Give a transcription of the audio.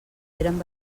eren